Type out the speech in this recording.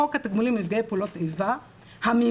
בחוק התגמולים לנפגעי פעולות איבה המימון